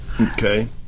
Okay